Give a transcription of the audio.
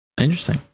Interesting